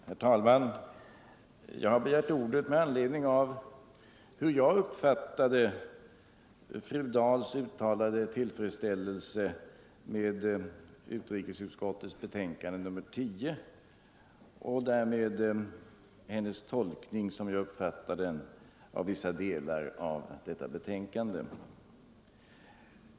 Herr talman! Jag har begärt ordet med anledning av att fru Dahl uttalade tillfredsställelse med utrikesutskottets betänkande nr 10 men därvid, som jag uppfattar det, gjorde en speciell tolkning av vissa delar av detta betänkande.